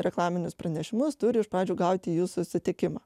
reklaminius pranešimus turi iš pradžių gauti jūsų sutikimą